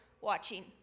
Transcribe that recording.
watching